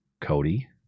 Cody